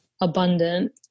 abundant